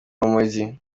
rumogi